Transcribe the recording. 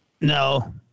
No